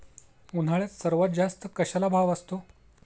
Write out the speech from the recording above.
उन्हाळ्यात सर्वात जास्त कशाला भाव असतो?